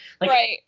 Right